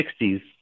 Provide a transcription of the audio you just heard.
60s